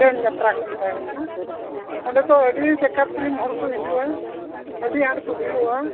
ᱡᱟᱛᱛᱨᱟ ᱠᱚ ᱢᱮᱛᱟᱜ ᱟᱱ ᱠᱟᱱᱟ ᱚᱸᱰᱮ ᱫᱚ ᱟᱹᱰᱤ ᱡᱟᱠᱟᱛ ᱨᱮ ᱦᱚᱲ ᱠᱚ ᱦᱤᱡᱩᱜᱼᱟ ᱟᱹᱰᱤ ᱟᱸᱴ ᱠᱚ ᱵᱷᱤᱲᱩᱜᱼᱟ